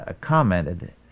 commented